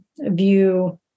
view